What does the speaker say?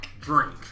Drink